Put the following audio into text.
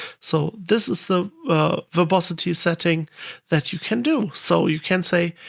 so this is the verbosity setting that you can do. so you can say,